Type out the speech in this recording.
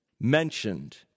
mentioned